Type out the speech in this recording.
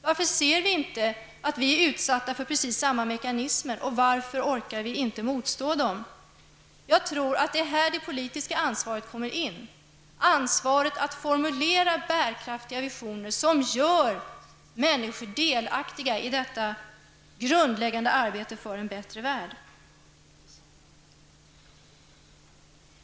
Varför ser vi inte att vi är utsatta för precis samma mekanismer? Varför orkar vi inte motstå dem? Jag tror att det är här det politiska ansvaret kommer in, ansvaret att formulera bärkraftiga visioner som gör människor delaktiga i det grundläggande arbetet för en bättre värld.